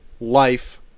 life